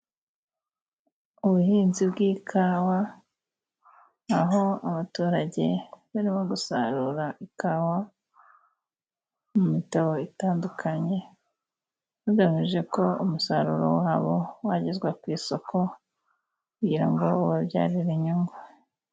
Ubuhinzi bw'ikawa aho abaturage barimo gusarura ikawa mu mitabo itandukanye bagamije ko umusaruro wabo wagezwa ku isoko kugira ngo ubabyarire inyungu.